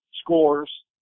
scores